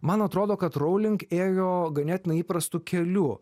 man atrodo kad rowling ėjo ganėtinai įprastu keliu